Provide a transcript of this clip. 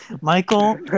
Michael